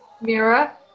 Mira